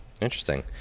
Interesting